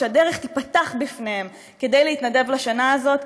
שהדרך תיפתח בפניהם כדי להתנדב לשנה הזאת